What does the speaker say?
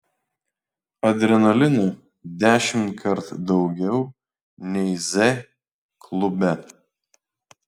adrenalino dešimtkart daugiau nei z klube